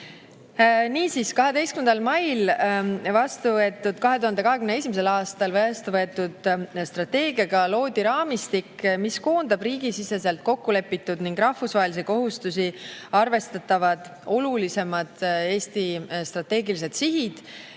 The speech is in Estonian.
Niisiis 12. mail 2021. aastal vastuvõetud strateegiaga loodi raamistik, mis koondab riigisiseselt kokkulepitud ning rahvusvahelisi kohustusi arvestavad olulisemad Eesti strateegilised sihid